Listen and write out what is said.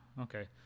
Okay